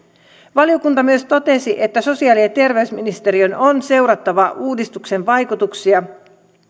valiokunta myös totesi että sosiaali ja terveysministeriön on seurattava uudistuksen vaikutuksia